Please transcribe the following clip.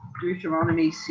Deuteronomy